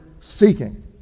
seeking